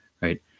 right